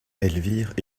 elvire